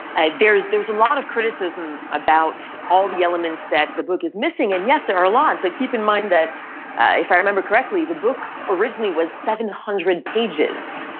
ah there is there is a lot of criticism about all the elements that the book is missing and yes there are lot, but keep in mind if i remember correctly the book originally was seven hundred pages.